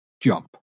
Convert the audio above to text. jump